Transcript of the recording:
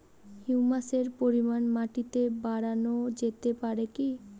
হিউমাসের পরিমান মাটিতে বারানো যেতে পারে কি?